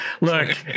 Look